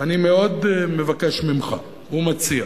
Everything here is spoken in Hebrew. ואני מאוד מבקש ממך ומציע